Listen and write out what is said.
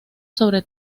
sobre